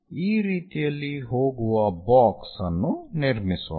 ಈ ರೀತಿಯಲ್ಲಿ ಹೋಗುವ ಬಾಕ್ಸ್ ಅನ್ನು ನಿರ್ಮಿಸೋಣ